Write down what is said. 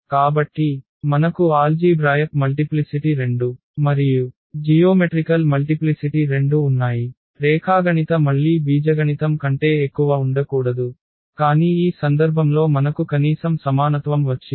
కాబట్టి మనకు algebraic multiplicity 2 మరియు జియోమెట్రికల్ మల్టిప్లిసిటి 2 ఉన్నాయి రేఖాగణిత మళ్లీ బీజగణితం కంటే ఎక్కువ ఉండకూడదు కానీ ఈ సందర్భంలో మనకు కనీసం సమానత్వం వచ్చింది